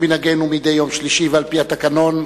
כמנהגנו מדי יום שלישי ועל-פי התקנון,